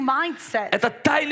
mindset